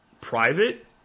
private